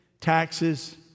taxes